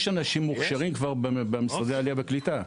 יש אנשים מוכשרים כבר במשרדי העלייה והקליטה.